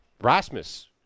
Rasmus